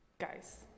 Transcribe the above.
Guys